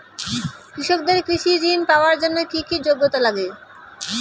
কৃষকদের কৃষি ঋণ পাওয়ার জন্য কী কী যোগ্যতা লাগে?